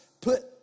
put